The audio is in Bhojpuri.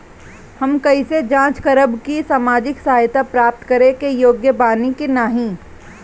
हम कइसे जांच करब कि सामाजिक सहायता प्राप्त करे के योग्य बानी की नाहीं?